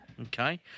Okay